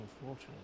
unfortunate